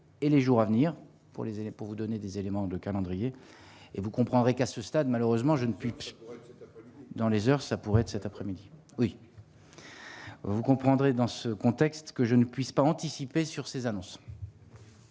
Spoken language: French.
les aider, pour vous donner des éléments de calendrier et vous comprendrez qu'à ce stade, malheureusement je ne putsch dans les heures, ça pourrait être cet après-midi, oui. Vous comprendrez dans ce contexte que je ne puisse pas anticiper sur ces annonces.